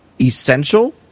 essential